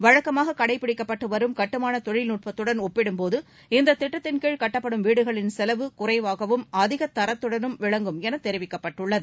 வழக்கமாகக் கடைபிடிக்கப்பட்டு வரும் கட்டுமானத் தொழில்நுட்பத்துடன் ஒப்பிடும் போது இந்தத்திட்டத்தின் கீழ் கட்டப்படும் வீடுகளின் செலவு குறைவாகவும் அதிக தரத்துடனும் விளங்கும் என தெரிவிக்கப்பட்டுள்ளது